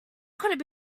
could